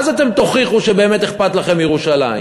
אז אתם תוכיחו שבאמת אכפת לכם מירושלים